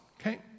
okay